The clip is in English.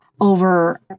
over